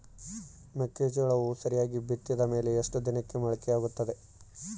ಮೆಕ್ಕೆಜೋಳವು ಸರಿಯಾಗಿ ಬಿತ್ತಿದ ಮೇಲೆ ಎಷ್ಟು ದಿನಕ್ಕೆ ಮೊಳಕೆಯಾಗುತ್ತೆ?